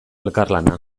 elkarlana